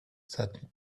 that